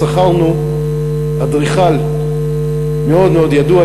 שכרנו אדריכל מאוד מאוד ידוע,